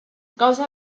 gauza